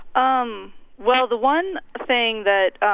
um well, the one thing that